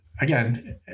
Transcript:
Again